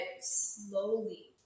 slowly